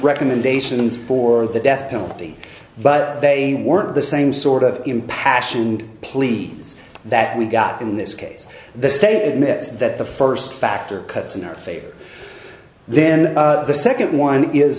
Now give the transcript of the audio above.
recommendations for the death penalty but they weren't the same sort of impassioned pleas that we got in this case the state admits that the first factor cuts in our favor then the second one is